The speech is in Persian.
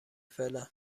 فعلا